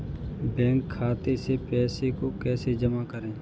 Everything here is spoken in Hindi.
बैंक खाते से पैसे को कैसे जमा करें?